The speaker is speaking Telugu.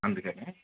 అందుకని